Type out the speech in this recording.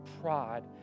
pride